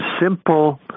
simple